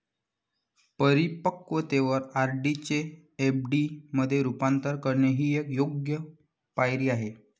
परिपक्वतेवर आर.डी चे एफ.डी मध्ये रूपांतर करणे ही एक योग्य पायरी आहे